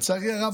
לצערי הרב,